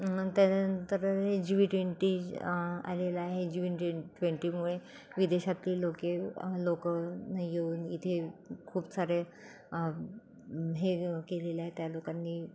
मग त्याच्यानंतर हे जी् ट्वेंटी आलेलं आहे जी् ट्वेंटीमुळे विदेशातली लोके लोकं येऊन इथे खूप सारे हे केलेलं आहे त्या लोकांनी